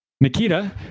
Nikita